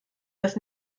das